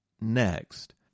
next